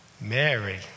Mary